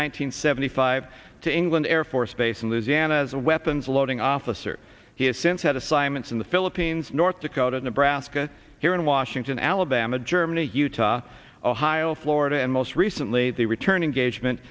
hundred seventy five to england air force base in louisiana as a weapons loading officer he has since had assignments in the philippines north dakota nebraska here in washington alabama germany utah ohio florida and most recently the returning gage meant